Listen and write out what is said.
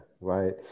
right